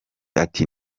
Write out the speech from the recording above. ati